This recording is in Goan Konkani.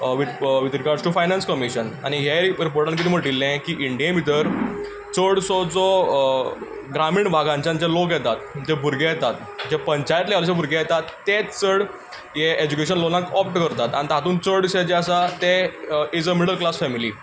with with regards to finance commission आनी हे रिपोर्टान कितें म्हणिल्लें की इंडिये भितर चडसो जो ग्रामीण भागांच्यान जे लोक येतात जे भुरगे येतात जे पंचायत लेव्हलाचे भुरगे येतात तेच चड हे एज्युकेशन लोनाक ऑप्ट करतात आनी तातूंत चडशे जे आसा ते is a middle class family